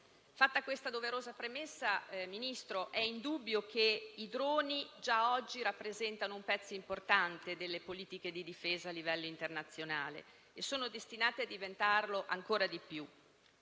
Fatta questa doverosa premessa, signor Ministro, è indubbio che i droni già oggi rappresentino un pezzo importante delle politiche di difesa a livello internazionale e siano destinati a diventarlo ancora di più.